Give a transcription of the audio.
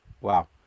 wow